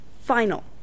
final